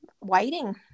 waiting